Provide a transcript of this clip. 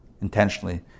intentionally